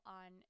on